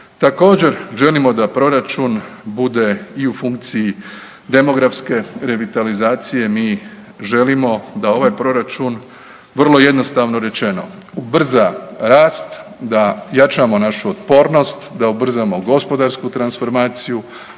Također želimo da proračun bude i u funkciji demografske revitalizacije, mi želimo da ovaj proračun vrlo jednostavno rečeno, ubrza rast da jačamo našu otpornost da ubrzamo gospodarsku transformaciju,